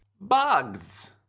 Bugs